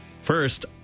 First